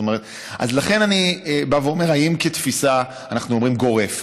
לכן אני בא ואומר: האם כתפיסה אנחנו אומרים שזה גורף?